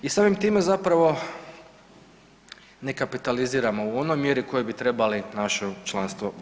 I samim time zapravo ne kapitaliziramo u onoj mjeri kojoj bi trebali naše članstvo u EU.